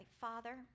Father